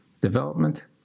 development